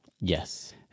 Yes